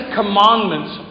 commandments